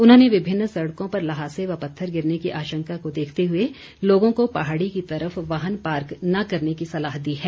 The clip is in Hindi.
उन्होंने विभिन्न सड़कों पर लहासे व पत्थर गिरने की आशंका को देखते हुए लोगों को पहाड़ी की तरफ वाहन पार्क न करने की सलाह दी है